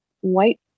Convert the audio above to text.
white